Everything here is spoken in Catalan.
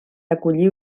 acollir